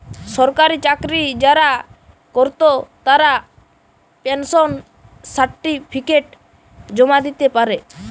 সরকারি চাকরি যারা কোরত তারা পেনশন সার্টিফিকেট জমা দিতে পারে